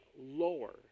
lower